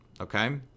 okay